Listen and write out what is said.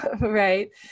Right